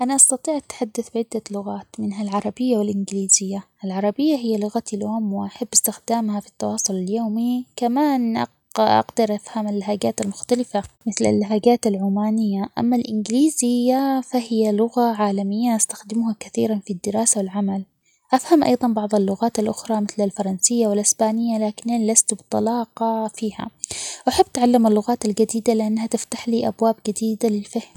أنا أستطيع التحدث بعدة لغات منها العربية والإنجليزية ،العربية هي لغتي الأم وأحب استخدامها في التواصل اليومي، كمان -أق- أقدر أفهم اللهجات المختلفة مثل اللهجات العمانية ،أما الإنجليزية فهي لغة عالمية استخدمها كثيرًا في الدراسة، والعمل ،أفهم أيضا بعض اللغات الأخرى مثل: الفرنسية والإسبانية لكنني لست بطلاقة فيها، أحب تعلم اللغات الجديدة؛ لانها تفتح لي أبواب جديدة للفهم.